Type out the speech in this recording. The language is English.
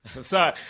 Sorry